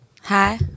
Hi